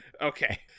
Okay